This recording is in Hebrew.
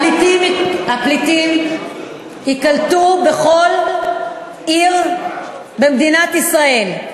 הפליטים ייקלטו בכל עיר במדינת ישראל.